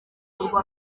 kuvurwa